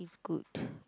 it's good